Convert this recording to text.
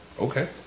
Okay